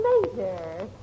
later